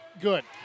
good